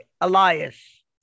Elias